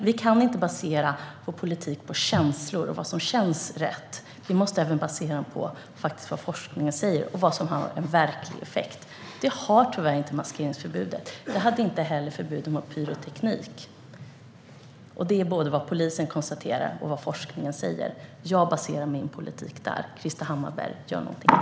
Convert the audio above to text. Vi kan inte basera politik på känslor och vad som känns rätt, utan vi måste basera den på vad forskningen faktiskt säger och vad som har verklig effekt. Det har tyvärr inte maskeringsförbudet. Det hade inte heller förbudet mot pyroteknik. Det är både vad polisen konstaterar och vad forskningen säger. Jag baserar min politik på detta. Krister Hammarbergh gör något annat.